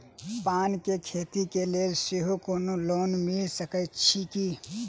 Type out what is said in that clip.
पान केँ खेती केँ लेल सेहो कोनो लोन मिल सकै छी की?